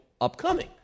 upcoming